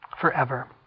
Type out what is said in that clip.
forever